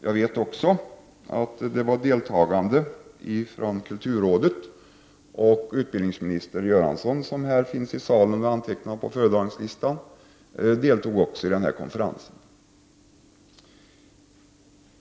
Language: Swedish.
Jag vet att där också fanns deltagare från kulturrådet, och även utbildningsminister Göransson deltog i konferensen — han finns här i salen och är antecknad på talarlistan.